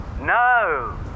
No